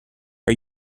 are